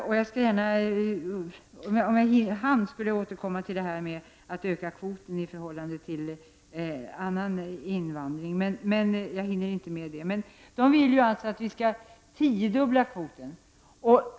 Om jag hann, skulle jag återkomma till frågan om att öka kvoten i förhållande till annan invandring, men jag hinner inte med det nu. UNHCR vill alltså att vi skall tiodubbla kvoten.